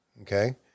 Okay